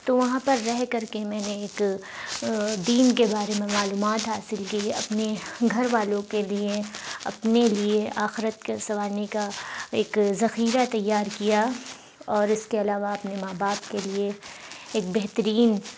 تو وہاں پر رہ کر کے میں نے ایک دین کے بارے میں معلومات حاصل کیں اپنے گھر والوں کے لیے اپنے لیے آخرت کے سنوارنے کا ایک ذخیرہ تیار کیا اور اس کے علاوہ اپنے ماں باپ کے لیے ایک بہترین